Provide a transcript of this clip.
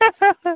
ହଁ